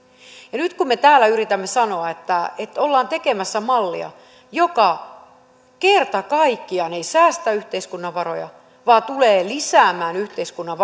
ja me täällä yritämme sanoa että että ollaan tekemässä mallia joka kerta kaikkiaan ei säästä yhteiskunnan varoja vaan tulee lisäämään yhteiskunnan